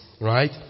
right